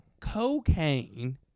cocaine